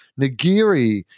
nigiri